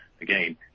again